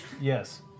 Yes